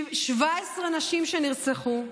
17 נשים שנרצחו,